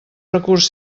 recurs